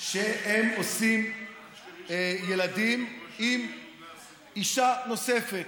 שהם עושים ילדים עם אישה נוספת,